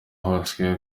hose